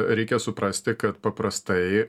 reikia suprasti kad paprastai